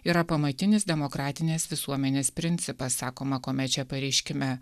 yra pamatinis demokratinės visuomenės principas sakoma komeče pareiškime